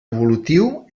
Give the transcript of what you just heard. evolutiu